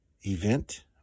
event